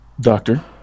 Doctor